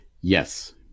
Yes